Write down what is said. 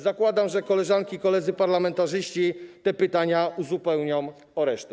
Zakładam, że koleżanki i koledzy parlamentarzyści te pytania uzupełnią o resztę.